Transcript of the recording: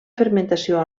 fermentació